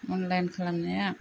online खालामनाया